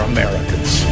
Americans